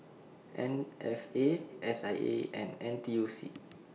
M F A S I A and N T U C